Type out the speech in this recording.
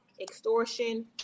extortion